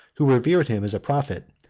who revered him as a prophet,